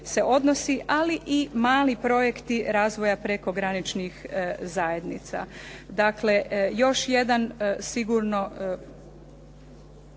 se odnosi ali i mali projekti razvoja prekograničnih zajednica. Dakle, još jedan sigurno